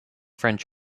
french